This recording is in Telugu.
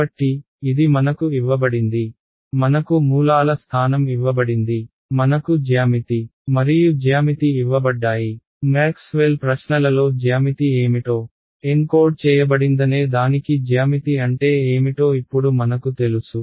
కాబట్టి ఇది మనకు ఇవ్వబడింది మనకు మూలాల స్థానం ఇవ్వబడింది మనకు జ్యామితి మరియు జ్యామితి ఇవ్వబడ్డాయి మ్యాక్స్వెల్ ప్రశ్నలలో జ్యామితి ఏమిటో ఎన్కోడ్ చేయబడిందనే దానికి జ్యామితి అంటే ఏమిటో ఇప్పుడు మనకు తెలుసు